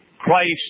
Christ